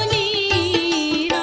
e